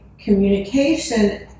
communication